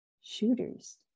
shooters